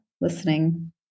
listening